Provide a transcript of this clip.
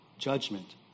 Judgment